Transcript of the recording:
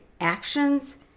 actions